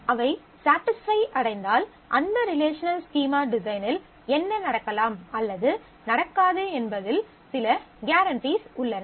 அவை ஸடிஸ்ஃபை அடைந்தால் அந்த ரிலேஷனல் ஸ்கீமா டிசைனில் என்ன நடக்கலாம் அல்லது நடக்காது என்பதில் சில கியாரண்டிகள் உள்ளன